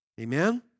Amen